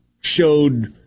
showed